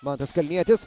mantas kalnietis